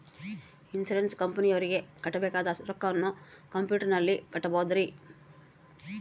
Insurance ಕಂಪನಿಯವರಿಗೆ ಕಟ್ಟಬೇಕಾದ ರೊಕ್ಕವನ್ನು ಕಂಪ್ಯೂಟರನಲ್ಲಿ ಕಟ್ಟಬಹುದ್ರಿ?